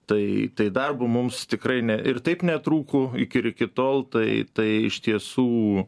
tai tai darbu mums tikrai ne ir taip netrūkų iki iki tol tai tai iš tiesų